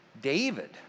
David